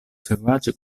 seguaci